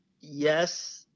yes –